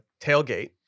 tailgate